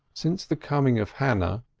since the coming of hannah,